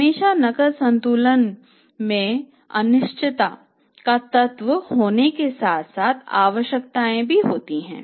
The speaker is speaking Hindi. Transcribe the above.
हमेशा नकद संतुलन में अनिश्चितता का तत्व होने के साथ साथ आवश्यकताएं भी होती हैं